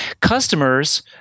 Customers